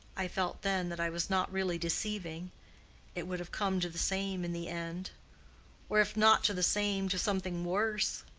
i felt then that i was not really deceiving it would have come to the same in the end or if not to the same, to something worse.